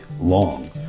long